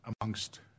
amongst